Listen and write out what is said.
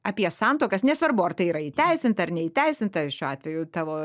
apie santuokas nesvarbu ar tai yra įteisinta ar neįteisinta šiuo atveju tavo